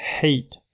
hate